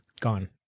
gone